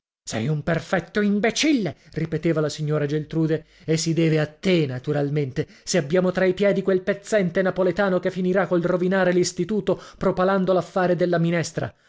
sei un perfetto imbecille ripeteva la signora geltrude e si deve a te naturalmente se abbiamo tra i piedi quel pezzente napoletano che finirà col rovinare l'istituto propalando l'affare della minestra